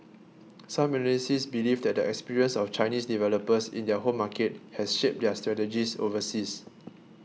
some analysts believe that the experience of Chinese developers in their home market has shaped their strategies overseas